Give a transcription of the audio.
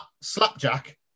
Slapjack